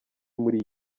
muri